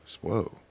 Whoa